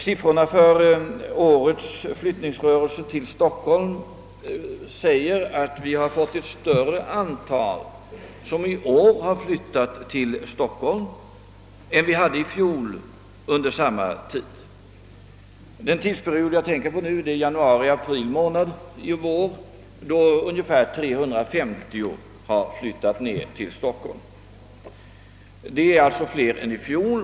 Siffrorna för årets flyttningsrörelse till Stockholm visar nämligen att i år ett större antal personer har flyttat till Stockholm än under motsvarande tid i fjol. Den tidsperiod jag tänker på omfattar månaderna januari t.o.m. april i år, då ungefär 350 personer har flyttat ned till Stockholm, vilket är fler än i fjol.